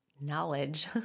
knowledge